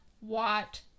Watt